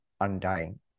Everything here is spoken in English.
undying